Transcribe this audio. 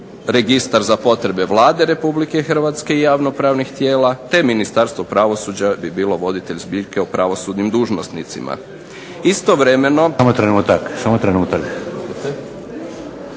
registar za potrebe Vlade Republike Hrvatske i javno pravnih tijela, te Ministarstvo pravosuđa bi bilo voditelj zbirke o pravosudnim dužnosnicima. **Šeks, Vladimir (HDZ)** Samo trenutak.